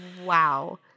Wow